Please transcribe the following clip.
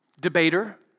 debater